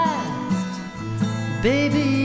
Baby